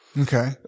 Okay